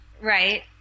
Right